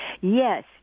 Yes